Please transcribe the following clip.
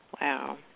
Wow